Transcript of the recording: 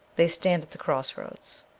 they stand at the cross roads.